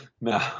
no